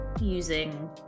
using